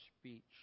speech